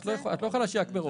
את לא יכולה "מראש".